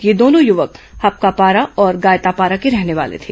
ये दोनों युवक हपकापारा और गायतापारा के रहने वाले थे